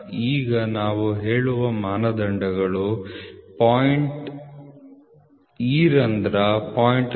ಈಗ ನಾವು ಹೇಳುವ ಮಾನದಂಡಗಳು ಆ ರಂಧ್ರ 0